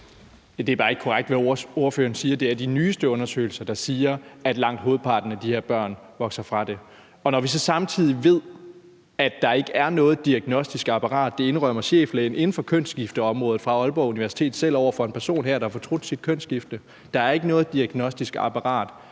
Det er bare ikke korrekt, hvad ordføreren siger. Det er de nyeste undersøgelser, der siger, at langt hovedparten af de her børn vokser fra det. Og når vi så samtidig ved, at der ikke er noget diagnostisk apparat – det indrømmer cheflægen inden for kønsskifteområdet fra Aalborg Universitet selv over for en person, der har fortrudt sit kønsskifte – der kan forudsige, om det,